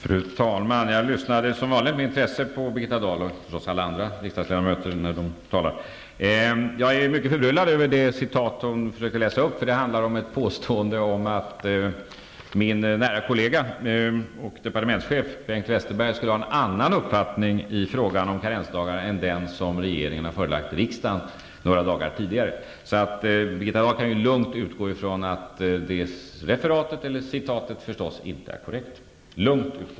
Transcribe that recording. Fru talman! Jag lyssnade, som vanligt, med intresse på Birgitta Dahl -- jag lyssnar på alla riksdagsledamöter när de talar. Jag är mycket förbryllad över det citat hon läste upp, då det handlade om påstående att min nära kollega och departementschef Bengt Westerberg skulle ha en annan uppfattning i frågan om karensdagar än den som regeringen hade förelagt riksdagen några dagar tidigare. Birgitta Dahl kan lugnt utgå från att det referatet eller citatet självfallet inte är korrekt.